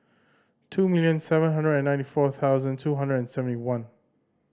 two million seven hundred and ninety four thousand two hundred and seventy one